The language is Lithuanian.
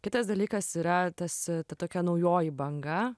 kitas dalykas yra tas ta tokia naujoji banga